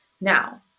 Now